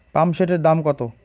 পাম্পসেটের দাম কত?